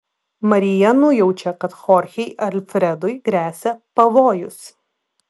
marija nujaučia kad chorchei alfredui gresia pavojus